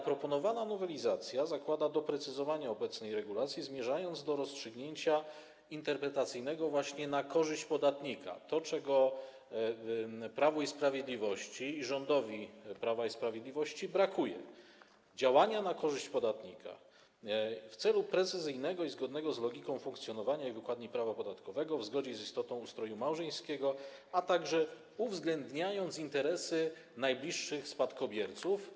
Proponowana nowelizacja zakłada doprecyzowanie obecnej regulacji, zmierza do rozstrzygnięcia interpretacyjnego na korzyść podatnika - tego Prawu i Sprawiedliwości i rządowi Prawa i Sprawiedliwości brakuje: działania na korzyść podatnika - w celu precyzyjnego i zgodnego z logiką funkcjonowania i wykładni prawa podatkowego w zgodzie z istotą ustroju małżeńskiego, a także uwzględnia interesy najbliższych spadkobierców.